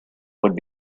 would